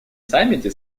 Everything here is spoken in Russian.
саммите